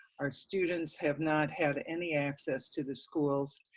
our students have not had any access to the schools,